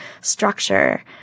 structure